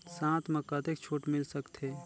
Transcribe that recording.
साथ म कतेक छूट मिल सकथे?